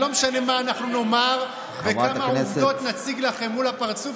לא משנה מה אנחנו נאמר וכמה עובדות נציג לכם מול הפרצוף,